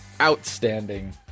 Outstanding